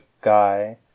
guy